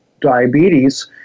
diabetes